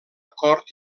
cort